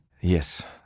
Yes